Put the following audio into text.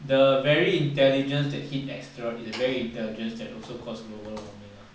the very intelligence that hit asteroid is the very intelligence that also cause global warming